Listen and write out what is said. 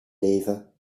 leven